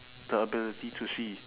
the ability to see